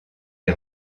les